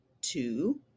two